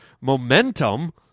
momentum